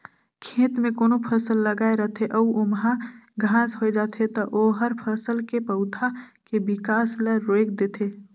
खेत में कोनो फसल लगाए रथे अउ ओमहा घास होय जाथे त ओहर फसल के पउधा के बिकास ल रोयक देथे